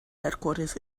headquarters